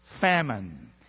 famine